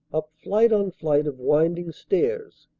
up flight on flight of winding stairs,